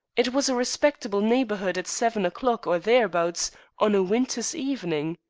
it was a respectable neighborhood at seven o'clock, or thereabouts, on a winter's evening.